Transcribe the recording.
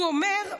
הוא אומר,